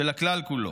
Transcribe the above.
של הכלל כולו.